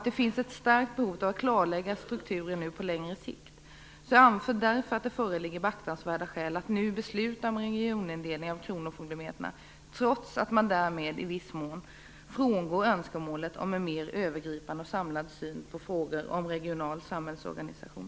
Det finns ett starkt behov av att klarlägga strukturen på längre sikt. Jag anser därför att det föreligger beaktansvärda skäl att nu besluta om en regionindelning av kronofogdemyndigheterna, trots att man därmed i viss mån frångår önskemålet om en mer övergripande och samlad syn på frågor om regional samhällsorganisation.